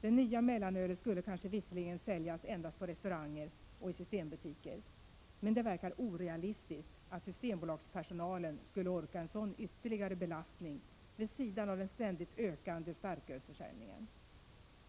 Det nya mellanölet skulle visserligen kanske säljas endast på restauranger och i systembutiker. Men det verkar orealistiskt att systembolagspersonalen skulle orka med en sådan ytterligare belastning, vid sidan av den ständigt ökande starkölsförsäljningen.